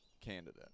candidate